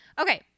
Okay